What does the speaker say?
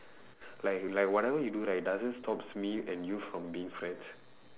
like like whatever he do right doesn't stops me and you from being friends